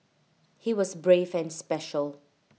he was brave and special